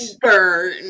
Burn